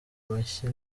amashyi